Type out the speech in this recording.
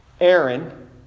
Aaron